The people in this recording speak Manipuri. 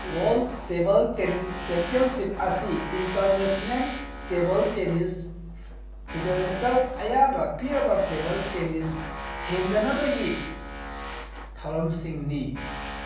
ꯋꯥꯔꯜ ꯇꯦꯕꯜ ꯇꯦꯅꯤꯁ ꯆꯦꯝꯄꯤꯌꯣꯟꯁꯤꯞ ꯑꯁꯤ ꯏꯟꯇꯔꯕꯦꯁꯅꯦꯜ ꯇꯦꯕꯜ ꯇꯦꯅꯤꯁ ꯐꯦꯗꯔꯦꯁꯟ ꯑꯌꯥꯕ ꯄꯤꯔꯒ ꯇꯦꯕꯜ ꯇꯦꯅꯤꯁ ꯍꯦꯟꯗꯅꯕꯒꯤ ꯊꯧꯔꯝꯁꯤꯡꯅꯤ